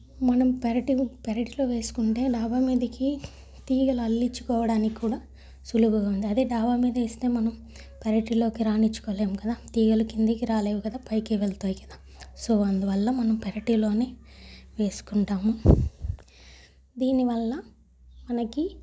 మనం పెరటి పెరటిలో వేసుకుంటే డాబా మీదికి తీగలు అల్లించుకోడానికి కూడా సులువుగా ఉంది అదే దాబా మీద వేస్తే మనం పెరటిలోకి రానించుకోలేము కదా తీగలు కిందకి రాలేవు కదా పైకి వెళ్తాయి కదా సో అందువల్ల మనం పెరటిలోనే వేసుకుంటాము దీనివల్ల మనకి